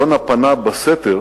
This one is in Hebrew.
יונה פנה בסתר